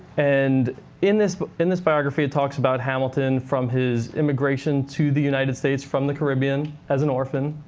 and in this in this biography, it talks about hamilton from his immigration to the united states from the caribbean as an orphan,